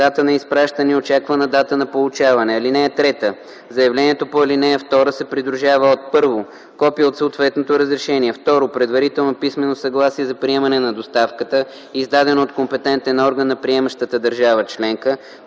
дата на изпращане и очаквана дата на получаване; (3) Заявлението по ал. 2 се придружава от: 1. копие от съответното разрешение; 2. предварително писмено съгласие за приемане на доставката, издадено от компетентен орган на приемащата държава членка,